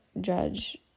judge